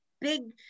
big